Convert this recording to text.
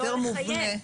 לא לחייב.